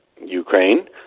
Ukraine